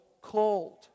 called